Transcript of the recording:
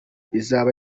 izaba